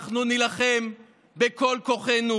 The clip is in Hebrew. אנחנו נילחם בכל כוחנו,